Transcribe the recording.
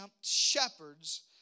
shepherds